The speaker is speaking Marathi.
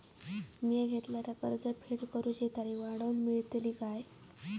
मी घेतलाला कर्ज फेड करूची तारिक वाढवन मेलतली काय?